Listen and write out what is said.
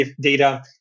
data